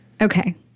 Okay